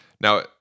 Now